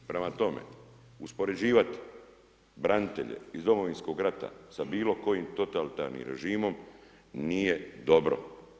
Prema tome, uspoređivati branitelje iz Domovinskog rata sa bilo kojim totalitarnim režimom, nije dobro.